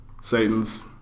Satan's